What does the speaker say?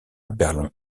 berlin